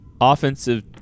offensive